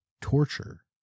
torture